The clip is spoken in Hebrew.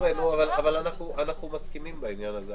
אנחנו מסכימים בעניין הזה.